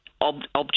object